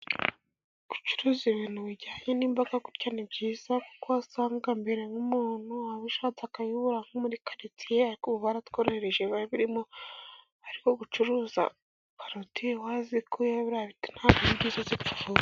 Gucuruza ibintu bijyanye n'imboga gutya ni byiza, kuko wasangaga mbere nk'umuntu abishatse akabiburara nko muri karitsiye, ariko ubu baratworohereje, biba birimo, ariko gucuruza baroti wazikuyeho biriya biti ntabwo ari byiza.